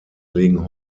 legen